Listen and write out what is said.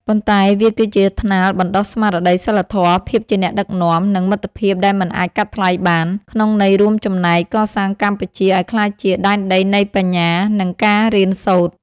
ប៉ុន្តែវាគឺជាថ្នាលបណ្តុះស្មារតីសីលធម៌ ភាពជាអ្នកដឹកនាំ និងមិត្តភាពដែលមិនអាចកាត់ថ្លៃបាន ក្នុងន័យរួមចំណែកកសាងកម្ពុជាឱ្យក្លាយជា ដែនដីនៃបញ្ញា និងការរៀនសូត្រ។